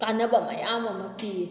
ꯀꯥꯟꯅꯕ ꯃꯌꯥꯝ ꯑꯃ ꯄꯤ